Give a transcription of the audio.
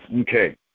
Okay